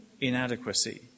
inadequacy